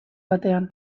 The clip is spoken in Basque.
batean